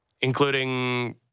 including